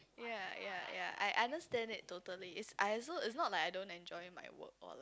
ya ya ya I understand it totally it's I also it's not like I don't enjoy my work or like